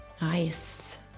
Nice